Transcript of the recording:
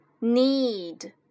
need